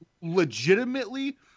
legitimately